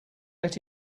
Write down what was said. let